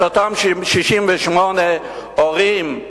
את אותם 68 הורים,